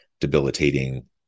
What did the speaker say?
debilitating